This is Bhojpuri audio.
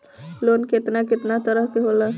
लोन केतना केतना तरह के होला?